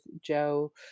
Joe